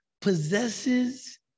possesses